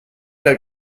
der